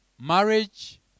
Marriage